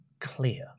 clear